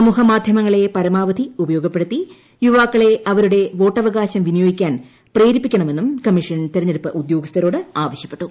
സമൂഹമാധ്യങ്ങളെ പരമാവധി ഉപയോഗപ്പെടുത്തി യുവാക്കളെ അവരുടെ വോട്ടവകാശം വിനിയോഗിക്കാൻ പ്രേരിപ്പിക്കണമെന്നും കമ്മീഷൻ തെരഞ്ഞെടുപ്പ് ഉദ്യോഗസ്ഥരോട് ആവശ്യപ്പെട്ടു